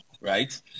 right